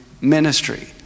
ministry